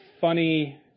funny